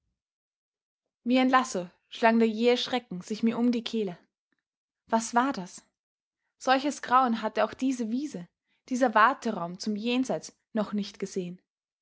ein lasso schlang der jähe schrecken sich mir um die kehle was war das solches grauen hatte auch diese wiese dieser warteraum zum jenseits noch nicht gesehen